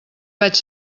vaig